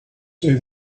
say